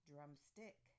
Drumstick